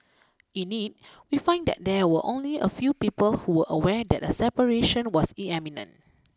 in it we find that there were only a few people who aware that a separation was